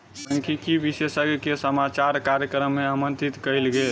सांख्यिकी विशेषज्ञ के समाचार कार्यक्रम मे आमंत्रित कयल गेल